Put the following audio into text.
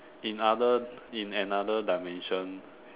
in other in another dimension